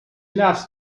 loves